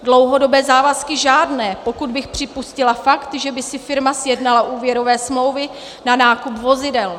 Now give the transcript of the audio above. Dlouhodobé závazky žádné, pokud bych připustila fakt, že by si firma sjednala úvěrové smlouvy na nákup vozidel.